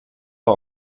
war